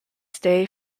stay